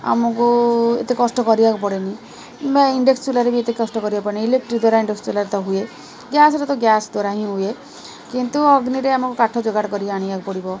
ଆମକୁ ଏତେ କଷ୍ଟ କରିବାକୁ ପଡ଼େନି ବା ଇଣ୍ଡକ୍ସନ୍ ଚୁଲାରେ ବି ଏତେ କଷ୍ଟ କରିବାକୁ ପଡ଼େନି ଇଲେକ୍ଟ୍ରି ଦ୍ୱାରା ଇଣ୍ଡକ୍ସନ୍ ଚୁଲାର ତ ହୁଏ ଗ୍ୟାସ୍ରେ ତ ଗ୍ୟାସ୍ ଦ୍ୱାରା ହିଁ ହୁଏ କିନ୍ତୁ ଅଗ୍ନିରେ ଆମକୁ କାଠ ଯୋଗାଡ଼ କରି ଆଣିବାକୁ ପଡ଼ିବ